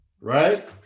right